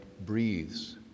breathes